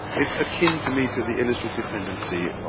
it's akin to me to the illustrative tendency.